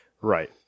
Right